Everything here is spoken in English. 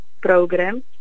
program